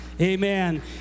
Amen